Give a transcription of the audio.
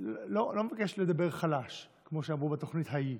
אני לא מבקש לדבר חלש, כמו שאמרו בתוכנית ההיא,